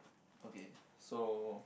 okay so